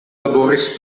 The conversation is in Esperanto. laboris